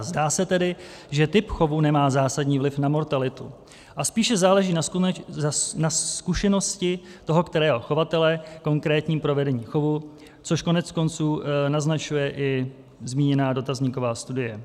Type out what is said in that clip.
Zdá se tedy, že typ chovu nemá zásadní vliv na mortalitu a spíše záleží na zkušenosti toho kterého chovatele, konkrétním provedení chovu, což koneckonců naznačuje i zmíněná dotazníková studie.